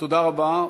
תודה רבה.